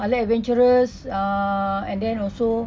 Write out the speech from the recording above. I like adventurous ah and then also